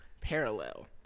parallel